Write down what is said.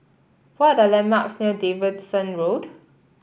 what are the landmarks near Davidson Road